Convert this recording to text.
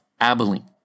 Abilene